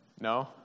No